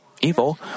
evil